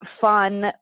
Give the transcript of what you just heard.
fun